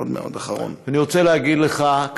אני רוצה להגיד לך,